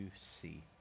see